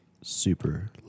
super